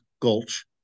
Gulch